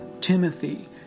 Timothy